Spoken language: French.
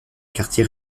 quartier